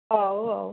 ହଉ ଆଉ